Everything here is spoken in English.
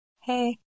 hey